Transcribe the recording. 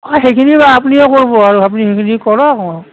অঁ সেইখিনি আপুনিয়ে কৰিব আৰু আপুনি সেইখিনি কৰক